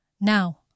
Now